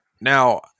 Now